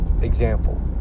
example